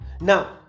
Now